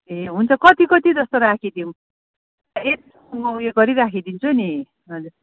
ए हुन्छ कति कति जस्तो राखिदिऊँ यसमा यो गरी राखिदिन्छु नि हजुर